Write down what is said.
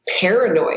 Paranoid